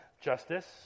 justice